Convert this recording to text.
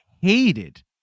hated